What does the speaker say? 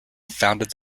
founded